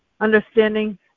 understanding